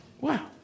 Wow